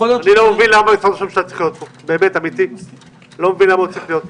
אני באמת לא מבין למה הוא צריך להיות כאן.